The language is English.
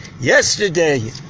Yesterday